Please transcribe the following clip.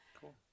Cool